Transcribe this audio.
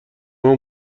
همون